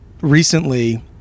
recently